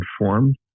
informed